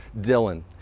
Dylan